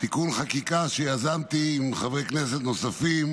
תיקון חקיקה שיזמתי עם חברי כנסת נוספים: